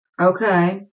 Okay